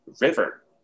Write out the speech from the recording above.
river